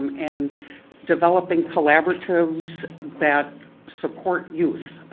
um and developing collaboratives that support youth,